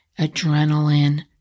adrenaline